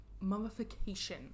mummification